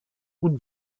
und